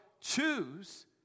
choose